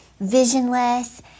visionless